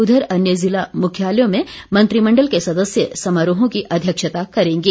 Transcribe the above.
उधर अन्य ज़िला मुख्यालयों में मंत्रिमण्डल के सदस्य समारोहों की अध्यक्षता करेंगे